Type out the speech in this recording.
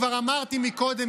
כבר אמרתי מקודם,